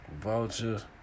vultures